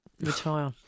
retire